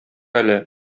әле